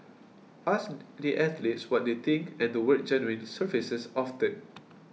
ask the athletes what they think and the word genuine surfaces often